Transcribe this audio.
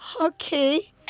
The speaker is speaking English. okay